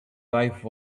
life